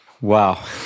Wow